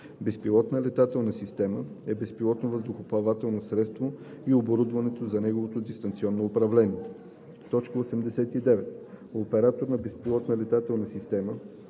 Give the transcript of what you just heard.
„Безпилотна летателна система (БЛС)“ е безпилотно въздухоплавателно средство и оборудването за неговото дистанционно управление. 89. „Оператор на безпилотна летателна система